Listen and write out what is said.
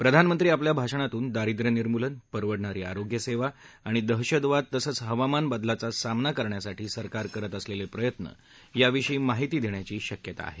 प्रधानमंत्री आपल्या भाषणातून दारिद्र्य निर्मुलन परवडणारी आरोग्यसेवा आणि दहशतवाद तसंच हवामान बदलाचा सामना करण्यासाठी सरकार करत असलेले प्रयत्न याविषयी माहिती देण्याची शक्यता आहे